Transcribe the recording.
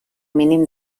mínim